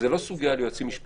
זו לא סוגיה ליועצים משפטיים,